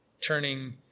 turning